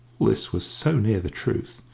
this was so near the truth,